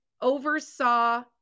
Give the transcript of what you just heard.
oversaw